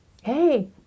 Hey